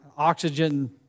Oxygen